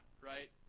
right